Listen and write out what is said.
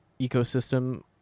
ecosystem